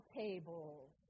tables